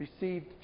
received